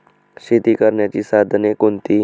शेती करण्याची साधने कोणती?